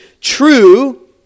true